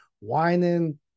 whining